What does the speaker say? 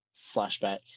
flashback